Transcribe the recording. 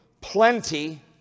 plenty